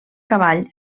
cavall